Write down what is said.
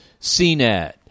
CNET